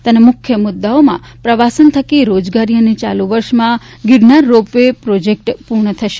તેના મુખ્ય મુદ્દાઓમાં પ્રવાસન થકી રોજગારી અને ચાલુ વર્ષમાં ગિરનાર રોપ વે પ્રોજેક્ટ પૂર્ણ થશે